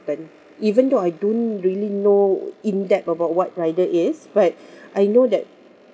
even though I don't really know in depth about what rider is but I know that